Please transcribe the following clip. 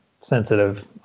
sensitive